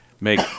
make